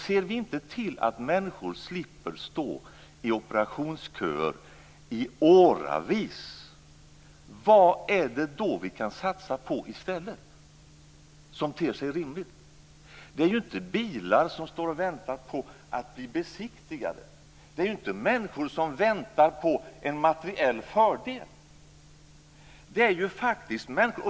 Ser vi inte till att människor slipper stå i operationsköer i åratal, vad kan vi då satsa på i stället som ter sig rimligt? Det är ju inte bilar som står och väntar på att bli besiktigade. Det är ju inte heller människor som väntar på en materiell fördel.